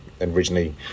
originally